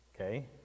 Okay